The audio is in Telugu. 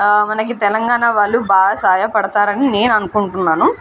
మనకి తెలంగాణ వాళ్ళు బాగా సహాయపడుతారని నేను అనుకుంటున్నాను